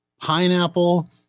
pineapple